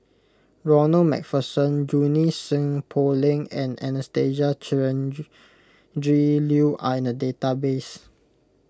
Ronald MacPherson Junie Sng Poh Leng and Anastasia Tjendri Liew are in the database